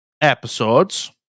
episodes